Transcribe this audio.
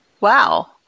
Wow